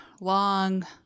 long